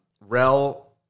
Rel